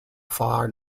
far